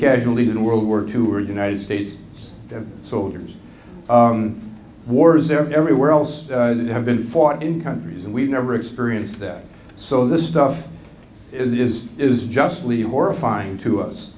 casualties in world war two are united states soldiers wars they're everywhere else that have been fought in countries and we've never experienced that so this stuff is is just leave horrifying to us